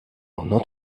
not